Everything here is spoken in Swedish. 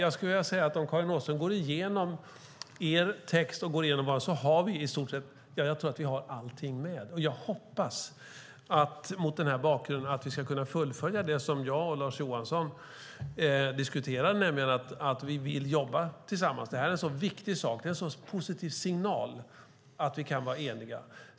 Om du, Karin Åström, går igenom er text och jämför med vår kommer du att se att vi har allting med. Jag hoppas mot den här bakgrunden att vi ska kunna fullfölja det som jag och Lars Johansson diskuterar, nämligen att vi vill jobba tillsammans. Det här är en så viktig sak, och det är en väldigt positiv signal om vi kan vara eniga.